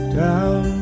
down